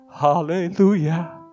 hallelujah